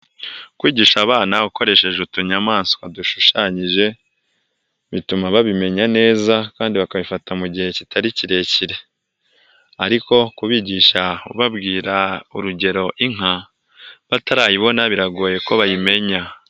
Kwigisha abana ukoresheje utunyamaswa dushushanyije bituma babimenya neza kandi bakabifata mu gihe kitari kirekire, ariko kubigisha ubabwira urugero, inka batarayibona biragoye ko bayimenya.